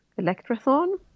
electrothon